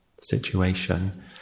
situation